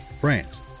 france